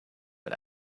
but